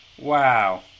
Wow